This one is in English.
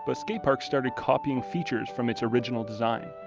but skate parks started copying features from its original design.